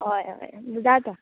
हय हय जाता